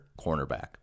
cornerback